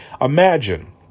Imagine